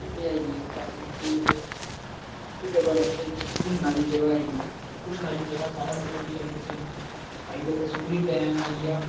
जेह्के आइयै खाली टुरिस्ट जब ओह्दे च घूमने आह्ली जगह् आई गेई घूमने आह्ली जगह साढ़े एरिया बिच्च आई गेआ बसोहली डैम आई गेआ